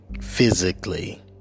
physically